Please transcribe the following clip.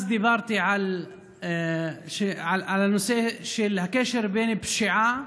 אז דיברתי על הנושא של הקשר בין פשיעה